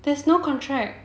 there's no contract